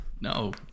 No